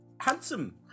Handsome